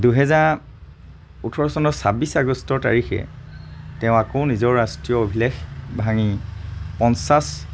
দুহেজাৰ ওঠৰ চনৰ ছাব্বিছ আগষ্ট তাৰিখে তেওঁ আকৌ নিজৰ ৰাষ্ট্ৰীয় অভিলেখ ভাঙি পঞ্চাছ